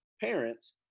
parents